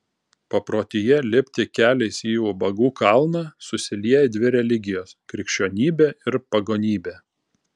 paprotyje lipti keliais į ubagų kalną susilieja dvi religijos krikščionybė ir pagonybė